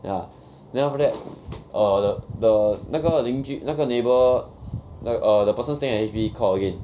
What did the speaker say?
ya then after that err the 那个邻居那个 neighbour err the person staying at H_D_B called again